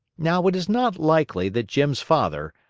now it is not likely that jim's father,